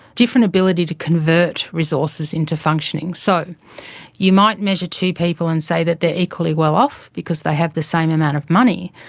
different ability to convert resources into functioning. so you might measure two people and say that they're equally well-off, because they have the same amount of money.